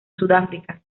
sudáfrica